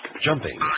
jumping